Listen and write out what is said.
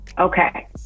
Okay